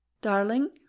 darling